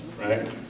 right